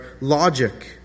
logic